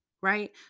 Right